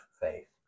faith